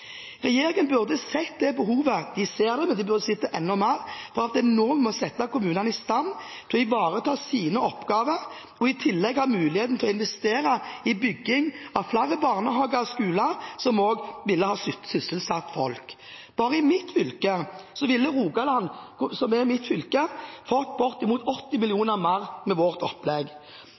Regjeringen burde sett – de ser det, men de burde ha sett det enda mer – behovet for at det er nå vi må sette kommunene i stand til å ivareta sine oppgaver og i tillegg ha mulighet til å investere i bygging av flere barnehager og skoler som ville ha sysselsatt folk. Bare mitt fylke, Rogaland, ville fått bortimot 80 mill. kr mer med vårt opplegg. I mitt fylke ville kommunene fått 200 mill. kr mer med vårt opplegg.